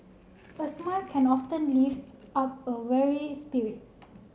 a smile can often lift up a weary spirit